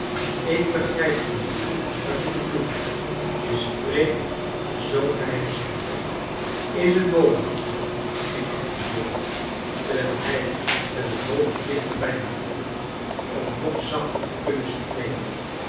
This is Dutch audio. ik begrijp niet wat je bedoelt je spreekt zoo geheimzinnig is het mogelijk moeder ging arthur voort terwijl hij met het hoofd dichter oij haar kwam om nog zachter te kunnen spreken